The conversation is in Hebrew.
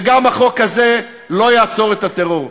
וגם החוק הזה לא יעצור את הטרור.